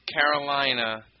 Carolina